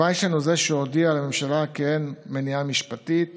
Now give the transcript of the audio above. וינשטיין הוא זה שהודיע לממשלה כי אין מניעה משפטית